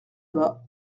bas